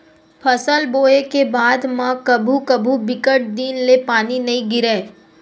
फसल बोये के बाद म कभू कभू बिकट दिन ले पानी नइ गिरय